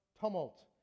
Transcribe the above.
tumult